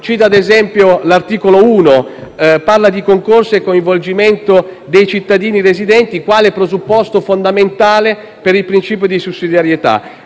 Cito - ad esempio - l'articolo 1, che parla di concorso e di coinvolgimento dei cittadini residenti quale presupposto fondamentale per il principio di sussidiarietà.